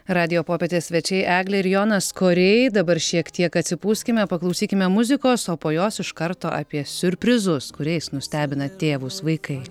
radijo popietės svečiai eglė ir jonas koriai dabar šiek tiek atsipūskime paklausykime muzikos o po jos iš karto apie siurprizus kuriais nustebina tėvus vaikai